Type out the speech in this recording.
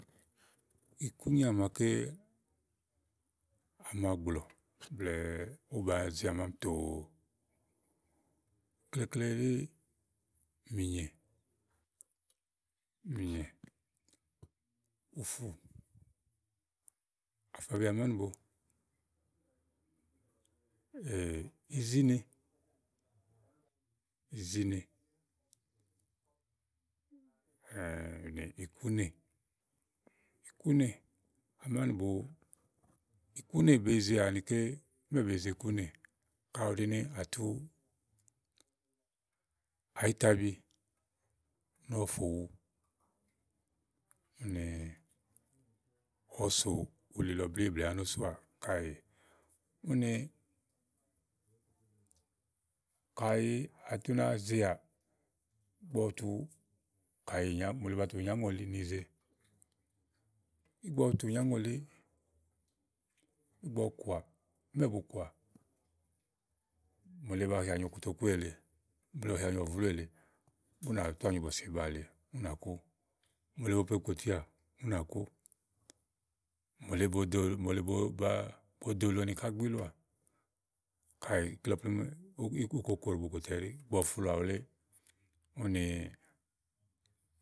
Ikùnyà maké a màa gblɔ blɛ̀ɛ òwo ba zà màmi tòo ɖí klekle mìnyè, mìnyè, ùfù, àfabi àmànìbo, izine, zine, ikùnè, ikùnè, ikùnè. Ìmɛ̀ beyize ikùnè? Kàɖi àtu àyitabi ùni ɔwɛ fò wu, Kàɖi ò ó so uli lɔ blíí blɛ̀ɛ̀ ò nò sò kàè ùni kàyi òó ɖònàa zìà ígbɔ ɔwɛ tu ìnyàŋòlí, móo le ba tu ìnyàŋòlì. Ìgbɔ ɔwɛ tu ìnyàŋòli, ɔwɛ kòà, mòole batuà nyo kotokù èle blɛ̀ɛ ɔrlù èle, mòole bopo ìkpòtià mòole boɖo òlo ni kà gbi ìlɔà. Ígbɔ ɔwɛ floà wu lé, ɔwɛ woà ulé ùni.